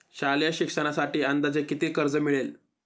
शालेय शिक्षणासाठी अंदाजे किती कर्ज मिळेल?